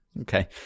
okay